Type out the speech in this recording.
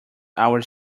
our